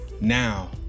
Now